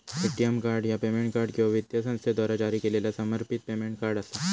ATM card ह्या payment card किंवा वित्तीय संस्थेद्वारा जारी केलेला समर्पित पेमेंट कार्ड असा